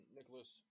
Nicholas